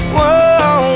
Whoa